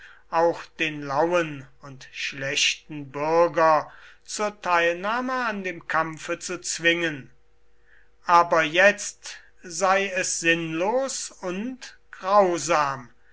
auch den lauen und schlechten bürger zur teilnahme an dem kampfe zu zwingen aber jetzt sei es sinnlos und grausam